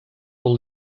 all